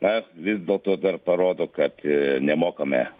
na vis dėlto dar parodo kad ee nemokame